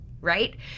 right